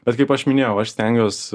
bet kaip aš minėjau aš stengiuos